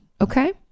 Okay